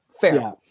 fair